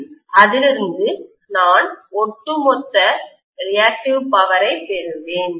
பின் அதிலிருந்து நான் ஒட்டுமொத்த ரியாக்டிவ் பவரை பெறுவேன்